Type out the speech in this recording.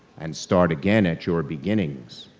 and start again at your beginnings,